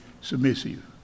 submissive